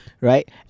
right